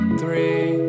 three